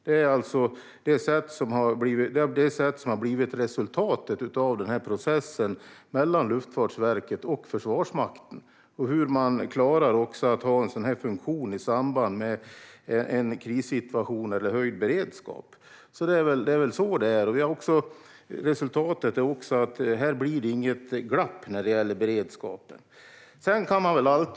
Det är det sätt som har blivit resultatet av denna process mellan Luftfartsverket och Försvarsmakten. Det handlar dessutom om hur man klarar att ha en sådan funktion i samband med en krissituation eller en situation där höjd beredskap råder. Resultatet är också att det inte blir något glapp när det gäller beredskapen.